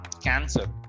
cancer